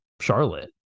charlotte